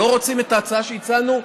לא רוצים את ההצעה שהצענו?